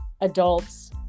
adults